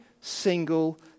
single